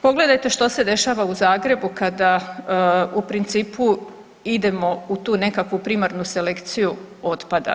Pogledajte što se dešava u Zagrebu kada u principu idemo u tu nekakvu primarnu selekciju otpada.